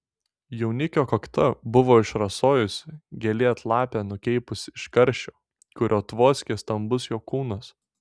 jaunikio kakta buvo išrasojusi gėlė atlape nukeipusi iš karščio kuriuo tvoskė stambus jo kūnas